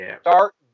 Start